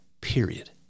period